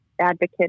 advocate